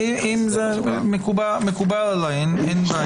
מקובל עליי.